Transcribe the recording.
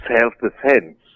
self-defense